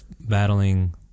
battling